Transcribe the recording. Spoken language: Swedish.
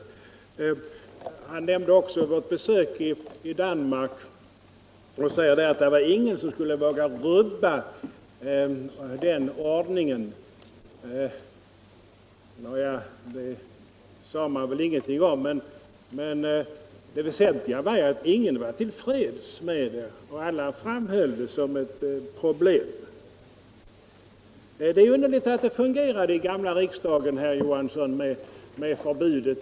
Herr Johansson nämnde också vårt besök i Danmark och sade att där inte fanns någon som skulle våga rubba den ordning man har. Nåja, det sade man väl ingenting om. Men det väsentliga är att ingen var till freds med ordningen. Alla framhöll den som ett problem. Det är underligt att ordningen med ett förbud fungerade i gamla riksdagen, herr Johansson.